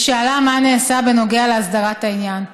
ושאלה מה נעשה בנוגע להסדרת העניין.